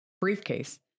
briefcase